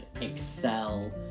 excel